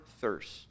thirst